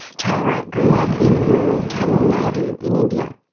tara grew up in rural tamil nadu in india.